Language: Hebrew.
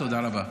תודה רבה.